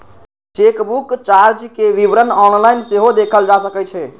chequebook चार्जक विवरण online सेहो देखल जा सकै छै